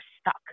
stuck